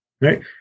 right